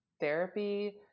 therapy